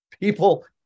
people